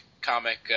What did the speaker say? comic